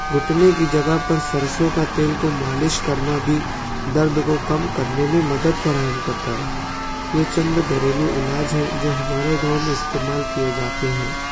گھٹںے کی جگہ پر سرسوں کا تیل کو مالش کرنا بھی درد کو کم کرنے میں مدد فراہم کرتا ہے یہ چند گھریلو علاج ہیں جو ہمارے گاؤں میں استعمال کیے جاتے ہیں